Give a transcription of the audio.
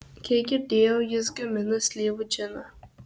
kiek girdėjau jis gamina slyvų džiną